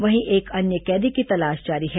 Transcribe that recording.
वहीं एक अन्य कैदी की तलाश जारी है